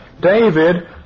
David